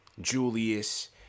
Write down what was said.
Julius